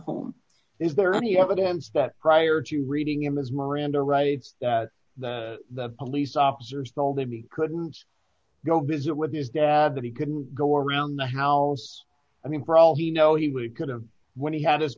home is there any evidence that prior to reading him his miranda rights that that the police officers told him he couldn't go visit with his dad that he couldn't go around the house i mean for all he know he would go to when he had